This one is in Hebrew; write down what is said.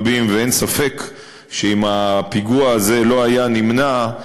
אין ספק שאם הפיגוע הזה לא היה נמנע,